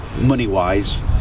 money-wise